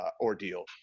ordeal